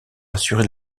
assurer